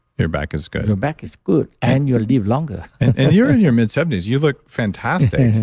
your back is good your back is good and you'll live longer and you're in your mid seventy s. you look fantastic.